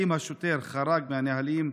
3. האם השוטר חרג מהנהלים?